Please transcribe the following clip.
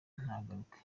ntagaruke